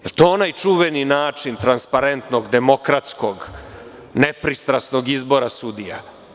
Da li je to onaj čuveni način transparentnog, demokratskog, nepristrasnog izbora sudija?